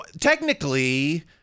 Technically